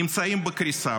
שנמצאים בקריסה,